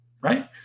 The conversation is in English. right